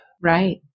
right